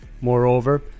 moreover